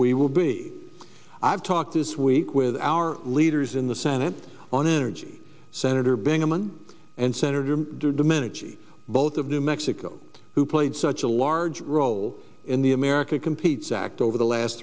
we will be i've talked this week with our leaders in the senate on energy senator bingaman and senator domenici both of new mexico who played such a large role in the america competes act over the last